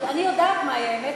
אני יודעת מהי האמת,